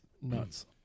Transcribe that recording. nuts